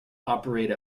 operate